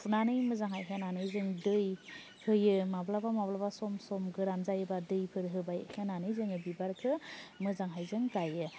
फुनानै मोजांहाय होनानै जों दै होयो माब्लाबा माब्लाबा सम सम गोरान जायोबा दैफोर होबाय होनानै जोङो बिबारखौ मोजांहायजों गायो